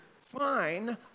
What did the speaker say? fine